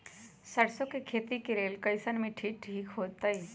सरसों के खेती के लेल कईसन मिट्टी ठीक हो ताई?